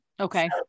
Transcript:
Okay